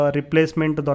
replacement